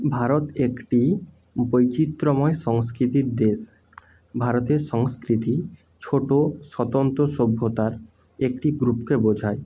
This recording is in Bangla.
ভারত একটি বৈচিত্র্যময় সংস্কৃতির দেশ ভারতের সংস্কৃতি ছোটো স্বতন্ত সভ্যতার একটি গ্রুপকে বোঝায়